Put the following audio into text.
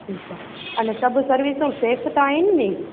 ठीकु आहे अने सभु सर्विसूं सेफ़ त आहिनि नि